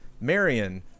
Marion